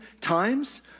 times